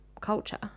culture